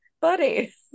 buddy